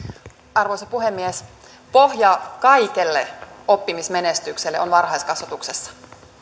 arvoisa puhemies pohja kaikelle oppimismenestykselle on varhaiskasvatuksessa